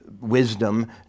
wisdom